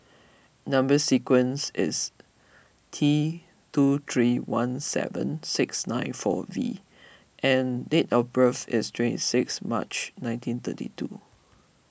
Number Sequence is T two three one seven six nine four V and date of birth is twenty six March nineteen thirty two